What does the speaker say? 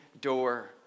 door